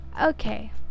Okay